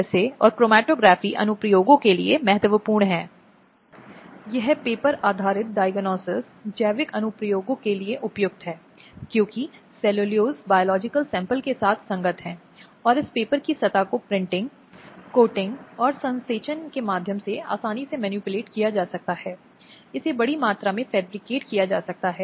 इसमें प्रावधान है कि महिला कानून के तहत आवश्यक मौद्रिक राहत की मांग कर सकती है जिसके तहत वह उन नुकसानों में से अच्छा करने में सक्षम है